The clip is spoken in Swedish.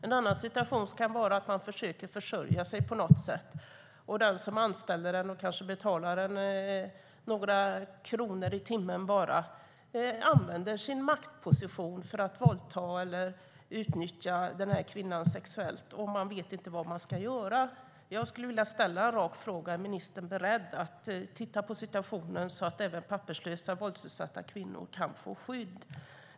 En annan situation kan vara att de försöker försörja sig på något sätt. Den som anställer dem och kanske betalar bara några kronor i timmen använder sin maktposition för att våldta eller utnyttja kvinnan sexuellt. De vet inte vad de ska göra. Jag vill ställa en rak fråga. Är ministern beredd att titta på situationen så att även papperslösa våldsutsatta kvinnor kan få skydd?